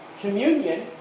communion